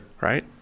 Right